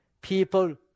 people